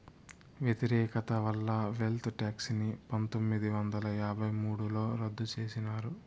వ్యతిరేకత వల్ల wealth tax ని పందొమ్మిది వందల యాభై మూడుల రద్దు చేసినారు